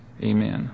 amen